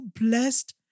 blessed